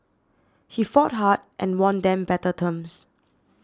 he fought hard and won them better terms